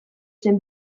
zen